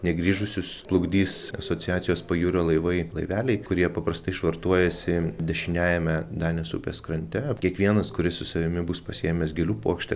negrįžusius plukdys asociacijos pajūrio laivai laiveliai kurie paprastai švartuojasi dešiniajame danės upės krante kiekvienas kuris su savimi bus pasiėmęs gėlių puokštę